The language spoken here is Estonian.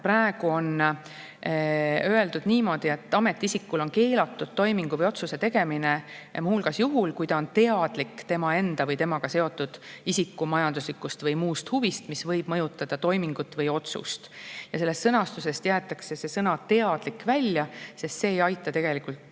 praegu on öeldud niimoodi, et ametiisikul on keelatud toimingu või otsuse tegemine muu hulgas juhul, kui ta on teadlik tema enda või temaga seotud isiku majanduslikust või muust huvist, mis võib mõjutada seda toimingut või otsust. Sellest sõnastusest jäetakse sõna "teadlik" välja, sest see ei aita tegelikult